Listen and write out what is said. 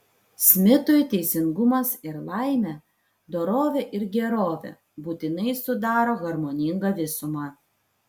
smitui teisingumas ir laimė dorovė ir gerovė būtinai sudaro harmoningą visumą